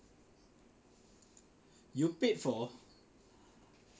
you paid for